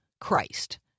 Christ